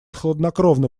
хладнокровно